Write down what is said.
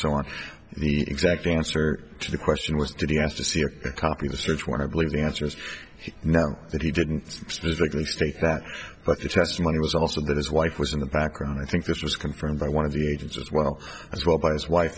so on the exact answer to the question was did he ask to see a copy of the search when i believe the answer is no that he didn't specifically state that but the testimony was also that his wife was in the background i think this was confirmed by one of the agents as well as well by his wife